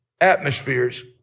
atmospheres